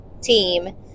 team